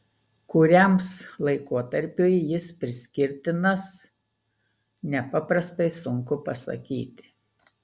kuriams laikotarpiui jis priskirtinas nepaprastai sunku pasakyti